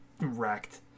wrecked